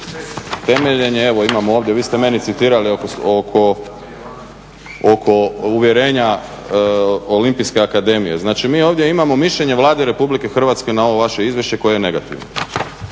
temeljen je na, evo imam ovdje vi ste meni citirali oko uvjerenja Olimpijske akademije, znači mi ovdje imamo mišljenje Vlade Republike Hrvatske na ovo vaše izvješće koje je negativno.